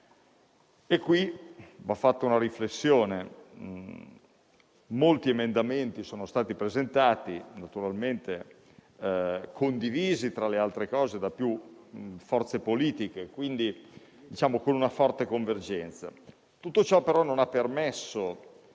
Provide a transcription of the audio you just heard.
va fatta una riflessione: molti emendamenti sono stati presentati, naturalmente condivisi da più forze politiche, quindi con una forte convergenza, ma tutto ciò non ha permesso